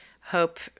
hope